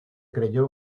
creyó